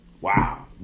Wow